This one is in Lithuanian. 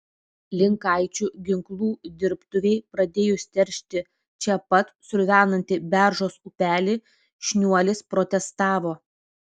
linkaičių ginklų dirbtuvei pradėjus teršti čia pat sruvenantį beržos upelį šniuolis protestavo